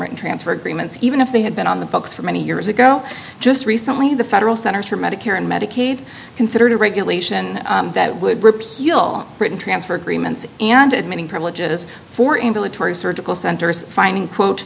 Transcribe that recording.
transfer agreements even if they had been on the books for many years ago just recently the federal centers for medicare and medicaid considered a regulation that would repeal written transfer agreements and admitting privileges for invalid tory surgical centers finding quote